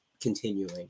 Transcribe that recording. continuing